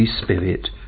Spirit